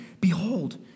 Behold